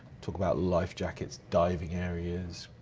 talk about life jackets, diving areas,